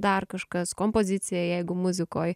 dar kažkas kompoziciją jeigu muzikoj